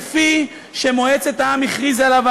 כפי שמועצת העם הכריזה עליו,